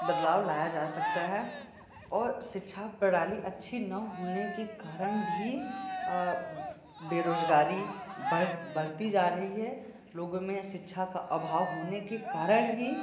बदलाव लाया जा सकता है और शिक्षा प्रणाली अच्छी न होने के कारण भी बेरोजगारी बढ़ती जा रही है लोगों में शिक्षा का अभाव होने के कारण ही